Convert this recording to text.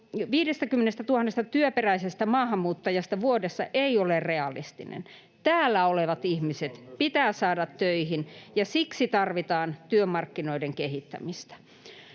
50 000 työperäisestä maahanmuuttajasta vuodessa ei ole realistinen. Täällä olevat ihmiset pitää saada töihin, ja siksi tarvitaan työmarkkinoiden kehittämistä.